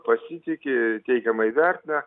pasitiki teigiamai vertina